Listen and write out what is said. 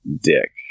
dick